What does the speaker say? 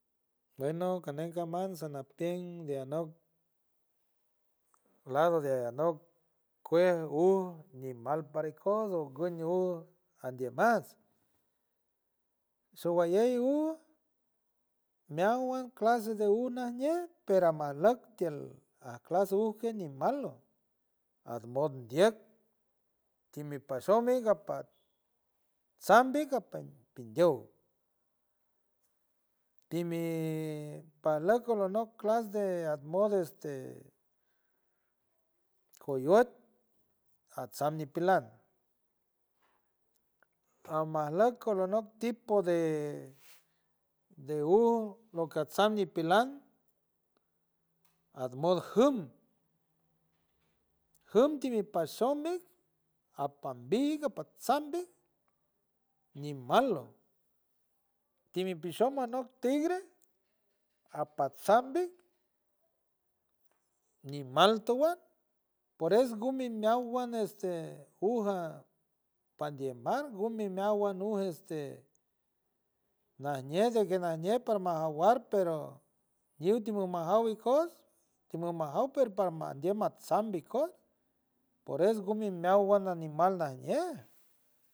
Bueno canen caman sanapien de anok, lado de anok kuej uj ñimal para ikos unguen uj andie mas, showalley uj meawan clase de uj najñe pero a majleck tiel aj clase de uj ñimalo, ajmot ndieck timi pashow miga pata sam pindiow, timi pajlock alonok clase de aj modo de este coyot adsam ñipelan, amajlock colonop tipo de- de uj lo que atsam ñipelan aj mod jum, jum timi pashom mik apambi apatsam bi ñimalo, timi pishon anop tigre, apatsam bi ñimal toan por es gumi meawan este uj a pandiemar gumi meawan uj este, najñe segue najñe parma jawar pero ñu timi majaw ikos, timi majaw per par mandiem matsam ikos por es gumi meawan animal najñe.